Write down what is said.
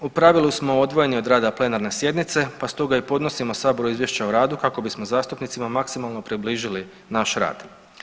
U pravilu smo odvojeni od rada plenarne sjednice, pa stoga i podnosimo Saboru izvješća o radu kako bismo zastupnicima maksimalno približili naš rad.